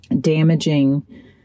damaging